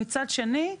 מצד שני,